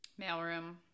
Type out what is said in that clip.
Mailroom